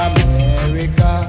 America